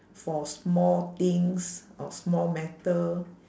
for small things or small matter